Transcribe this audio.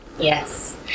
Yes